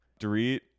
Dorit